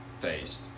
faced